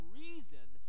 reason